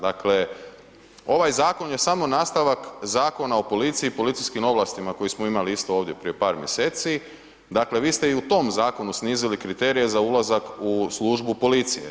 Dakle ovaj zakon je samo nastavak Zakona o policiji i policijskim ovlastima koji smo imali isto ovdje prije par mjeseci, dakle vi ste i u tom zakonu snizili kriterije za ulazak u službu policije.